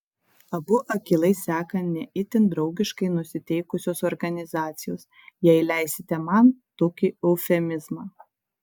abu akylai seka ne itin draugiškai nusiteikusios organizacijos jei leisite man tokį eufemizmą